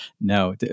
no